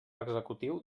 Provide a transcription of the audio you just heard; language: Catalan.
executiu